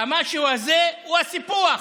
והמשהו הזה הוא הסיפוח,